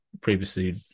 previously